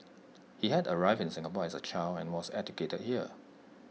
he had arrived in Singapore as A child and was educated here